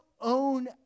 own